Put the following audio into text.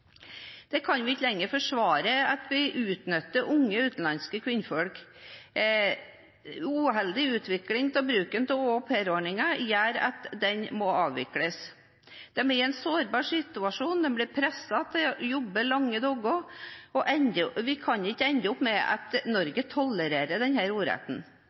kan ikke lenger forsvare at vi utnytter unge, utenlandske kvinner. En uheldig utvikling i bruken av aupairordningen gjør at den må avvikles. De er i en sårbar situasjon og blir presset til å jobbe lange dager, og vi kan ikke ende opp med at